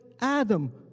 Adam